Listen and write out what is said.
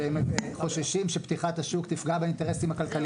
שהם חוששים שפתיחת השוק תפגע באינטרסים הכלכליים שלהם.